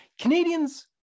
Canadians